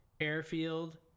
airfield